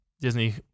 Disney